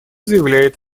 заявляет